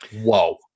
Whoa